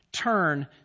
turn